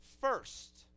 first